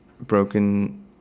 broken